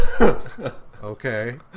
Okay